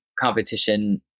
competition